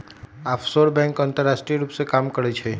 offshore bank अंतरराष्ट्रीय रूप से काम करइ छइ